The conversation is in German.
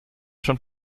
schon